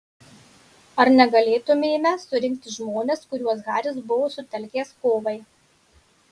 ar negalėtumėme surinkti žmones kuriuos haris buvo sutelkęs kovai